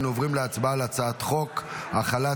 אנו עוברים להצבעה על הצעת חוק החלת